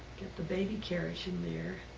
the baby carriage in there.